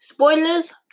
Spoilers